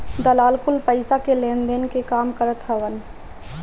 दलाल कुल पईसा के लेनदेन के काम करत हवन